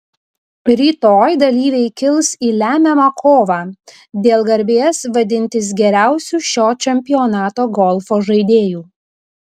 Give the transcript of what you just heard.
rytoj dalyviai kils į lemiamą kovą dėl garbės vadintis geriausiu šio čempionato golfo žaidėju